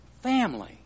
Family